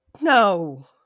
No